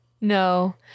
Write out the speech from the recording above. No